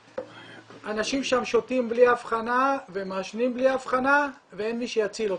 אנשים שותים בלי הבחנה ומעשנים בלי הבחנה ואין מי שיציל אותם.